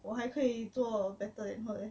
我还可以做 better than her leh